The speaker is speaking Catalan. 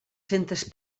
centes